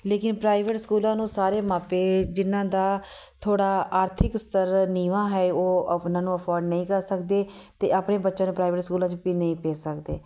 ਲੇਕਿਨ ਪ੍ਰਾਈਵੇਟ ਸਕੂਲਾਂ ਨੂੰ ਸਾਰੇ ਮਾਪੇ ਜਿਨ੍ਹਾਂ ਦਾ ਥੋੜ੍ਹਾ ਆਰਥਿਕ ਸਤਰ ਨੀਵਾਂ ਹੈ ਉਹ ਉਹਨਾਂ ਨੂੰ ਅਫੋਰਡ ਨਹੀਂ ਕਰ ਸਕਦੇ ਅਤੇ ਆਪਣੇ ਬੱਚਿਆਂ ਨੂੰ ਪ੍ਰਾਈਵੇਟ ਸਕੂਲਾਂ 'ਚ ਵੀ ਨਹੀਂ ਭੇਜ ਸਕਦੇ